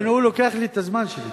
הוא לוקח לי את הזמן שלי.